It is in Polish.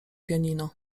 pianino